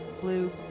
blue